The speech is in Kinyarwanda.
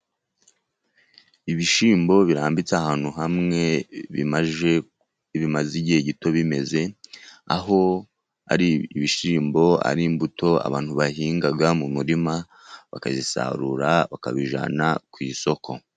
Ibishyimbo birambitse ahantu hamwe, bimaze igihe gito bimeze, aho ari ibishyimbo, ari imbuto abantu bahinga mu murima, bakabisarura, bakabijyana ku isoko.